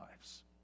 lives